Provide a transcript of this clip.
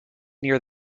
near